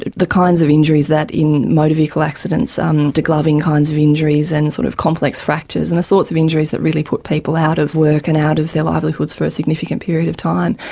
ah the kinds of injuries that in motor vehicle accidents, um degloving kinds of injuries and sort of complex fractures and the sort of injuries that really put people out of work and out of their livelihoods for a significant period of time.